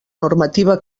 normativa